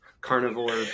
carnivore